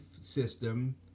system